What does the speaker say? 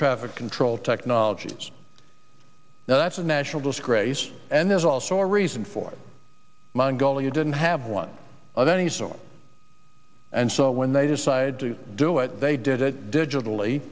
traffic control technologies now that's a national disgrace and there's also a reason for mongolia didn't have one of any sort and so when they decide to do it they did it digitally